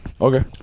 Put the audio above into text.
Okay